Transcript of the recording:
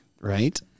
Right